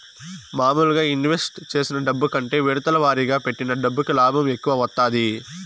మాములుగా ఇన్వెస్ట్ చేసిన డబ్బు కంటే విడతల వారీగా పెట్టిన డబ్బుకి లాభం ఎక్కువ వత్తాది